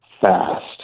fast